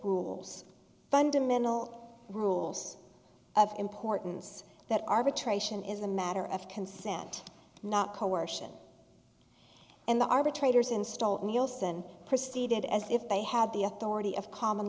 rules fundamental rules of importance that arbitration is a matter of consent not coercion and the arbitrators install nielson proceeded as if they had the authority of common